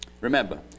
Remember